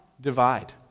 divide